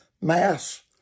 mass